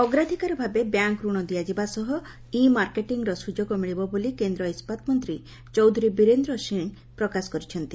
ଅଗ୍ରାଧିକାର ଭାବେ ବ୍ୟାଙ୍କ ରଣ ଦିଆଯିବା ସହ ଇ ମାର୍କେଟିଂର ସ୍ବୁଯୋଗ ମିଳିବ ବୋଲି କେନ୍ଦ୍ର ଇସ୍ୱାତ ମନ୍ତୀ ଚୌଧୁରୀ ବୀରେନ୍ଦ ସିଂହ ପ୍ରକାଶ କରିଛନ୍ତି